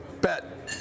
bet